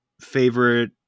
favorite